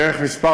דרך מס'